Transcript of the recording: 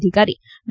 અધિકારી ડો